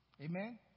Amen